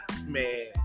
Man